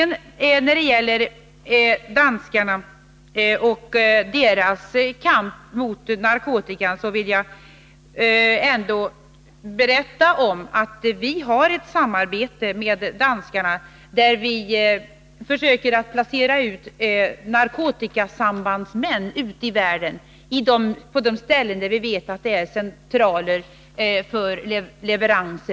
När det gäller danskarnas kamp mot narkotika vill jag berätta att vi ändå har ett samarbete med danskarna, varvid vi försöker placera ut narkotikasambandsmän på de ställen i världen där vi vet att det finns centraler för narkotikaleveranser.